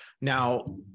now